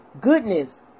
goodness